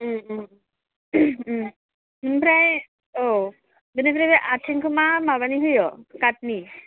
बिनिफ्राय औ बिनिफ्राय आथिंखौ मा माबानि होयो काटनि